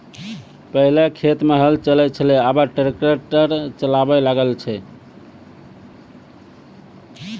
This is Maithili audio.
पहिलै खेत मे हल चलै छलै आबा ट्रैक्टर चालाबा लागलै छै